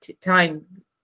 time